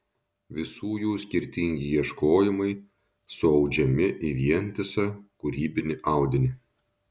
visų jų skirtingi ieškojimai suaudžiami į vientisą kūrybinį audinį